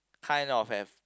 kind of have